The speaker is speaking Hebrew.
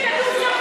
תגיד שכתוב שם,